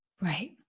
Right